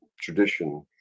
tradition